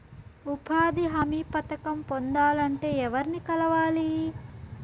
ఉపాధి హామీ పథకం పొందాలంటే ఎవర్ని కలవాలి?